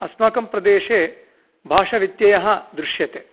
अस्माकं प्रदेशे भाषव्यत्ययः दृश्यते